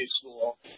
school